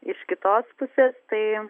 iš kitos pusės tai